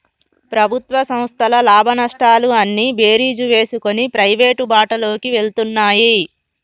ప్రభుత్వ సంస్థల లాభనష్టాలు అన్నీ బేరీజు వేసుకొని ప్రైవేటు బాటలోకి వెళ్తున్నాయి